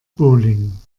bowling